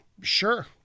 sure